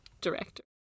director